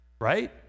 right